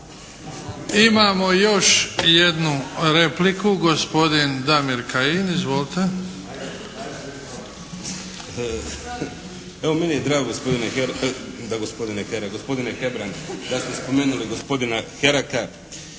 Imamo još jednu repliku, gospodin Damir Kajin. Izvolite. **Kajin, Damir (IDS)** Evo meni je drago gospodine Hebrang da ste spomenuli gospodina Heraka.